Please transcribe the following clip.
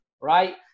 right